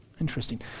Interesting